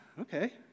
okay